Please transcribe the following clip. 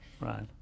Right